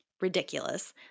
Ridiculous